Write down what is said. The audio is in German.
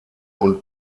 und